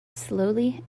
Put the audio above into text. slowly